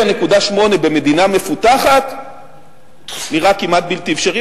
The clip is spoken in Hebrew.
7.8% במדינה מפותחת נראה כמעט בלתי אפשרי,